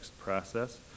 process